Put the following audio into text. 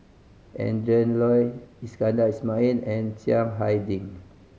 Adrin Loi Iskandar Ismail and Chiang Hai Ding